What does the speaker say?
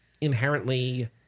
inherently